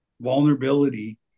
vulnerability